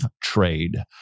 trade